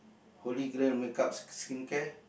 holy grail makeup skincare